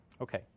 Okay